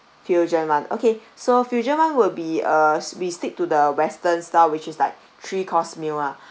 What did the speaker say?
fusion [one] okay so fusion [one] will be uh we stick to the western style which is like three course meal lah